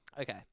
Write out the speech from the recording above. Okay